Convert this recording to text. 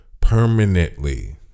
permanently